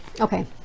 Okay